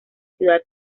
ciudad